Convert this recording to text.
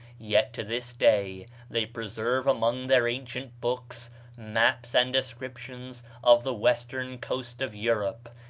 yet to this day they preserve among their ancient books maps and descriptions of the western coast of europe,